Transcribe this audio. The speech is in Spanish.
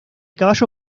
caballo